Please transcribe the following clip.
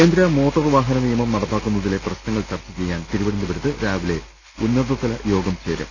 കേന്ദ്ര മോട്ടോർവാഹനനിയമം നടപ്പാക്കുന്നതിലെ പ്രശ്നങ്ങൾ ചർച്ച ചെയ്യാൻ തിരുവനന്തപുരത്ത് രാവിലെ ഉന്നതതലയോഗം ചേരും